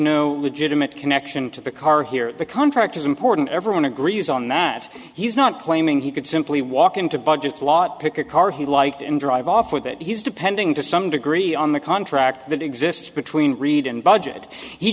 no legitimate connection to the car here the contract is important everyone agrees on that he's not claiming he could simply walk into budgets lot pick a car he liked and drive off with it he's depending to some degree on the contract that exists between reed and budget he